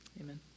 Amen